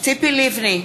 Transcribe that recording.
ציפי לבני,